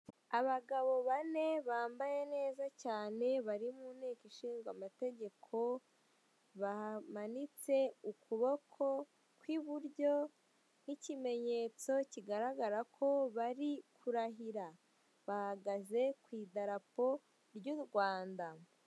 Abagabo bane bambaye neza cyane bari mu nteko nshingamategeko, bamanitse ukuboko kw'iburyo nk'ikimenyetso kigaragaza ko ko bari kurahira. Bahagaze ku idarapo ry'u RWANDA.